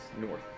north